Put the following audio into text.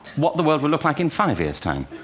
what the world will look like in five years' time.